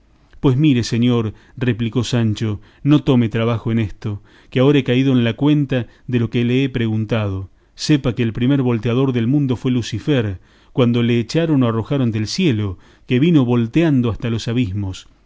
pues mire señor replicó sancho no tome trabajo en esto que ahora he caído en la cuenta de lo que le he preguntado sepa que el primer volteador del mundo fue lucifer cuando le echaron o arrojaron del cielo que vino volteando hasta los abismos